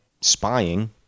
spying